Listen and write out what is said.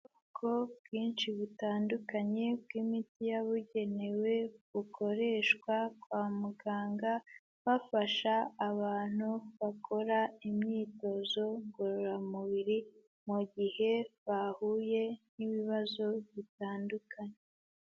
Ubwoko bwinshi butandukanye bw'imiti yabugenewe bukoreshwa kwa muganga bafasha abantu bakora imyitozo ngororamubiri, mu gihe bahuye n'ibibazo bitandukanye.